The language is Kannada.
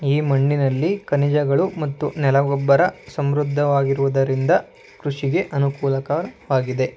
ಈ ಮಣ್ಣಿನಲ್ಲಿ ಖನಿಜಗಳು ಮತ್ತು ನೆಲಗೊಬ್ಬರ ಸಮೃದ್ಧವಾಗಿರುವುದರಿಂದ ಕೃಷಿಗೆ ಅನುಕೂಲಕರವಾಗಿದೆ